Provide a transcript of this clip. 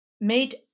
made